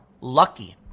lucky